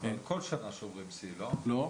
אבל כל שנה שוברים שיא, לא?